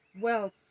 wealth